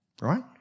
right